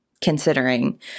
considering